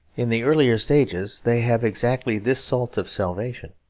in the earlier stages they have exactly this salt of salvation,